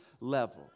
level